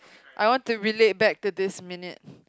I want to relate back to this minute